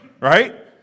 Right